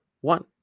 One